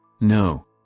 No